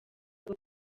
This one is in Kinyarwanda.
bwo